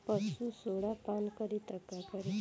पशु सोडा पान करी त का करी?